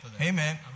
Amen